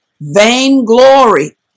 vainglory